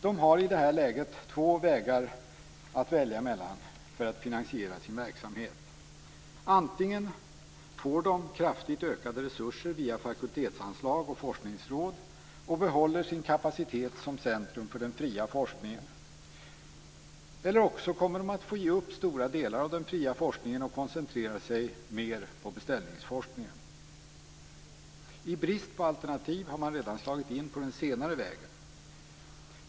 De har i det här läget två vägar att välja mellan för att finansiera sin verksamhet. Antingen får de kraftigt ökade resurser via fakultetsanslag och forskningsråd och behåller sin kapacitet som centrum för den fria forskningen. Eller också kommer de att få ge upp stora delar av den fria forskningen och koncentrera sig mer på beställningsforskningen. I brist på alternativ har man redan slagit in på den senare vägen.